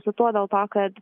aišku su tuo dėl to kad